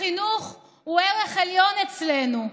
החינוך הוא ערך עליון אצלנו.